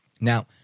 Now